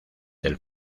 del